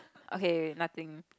okay nothing